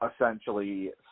essentially